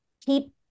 keep